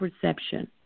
perception